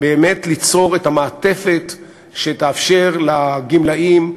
באמת ליצור את המעטפת שתאפשר לגמלאים,